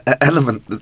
element